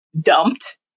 dumped